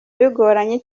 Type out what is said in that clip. bigoranye